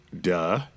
Duh